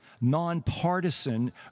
nonpartisan